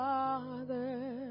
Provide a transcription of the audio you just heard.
Father